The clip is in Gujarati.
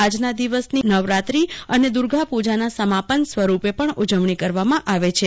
આજના દિવસની નવરાત્રી અને દુર્ગાપુજનના સમાપન સ્વરૂપે પણ ઉજવલી કરવામાં આવે છે